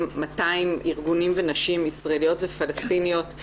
200 ארגונים ונשים ישראליות ופלשתיניות,